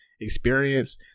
experience